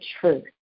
truth